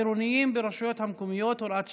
האכיפה והפיקוח העירוניים ברשויות המקומיות (הוראת שעה)